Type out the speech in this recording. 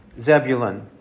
Zebulun